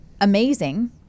amazing